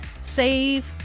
save